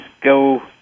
go